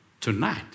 Tonight